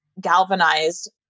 galvanized